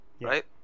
right